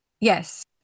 Yes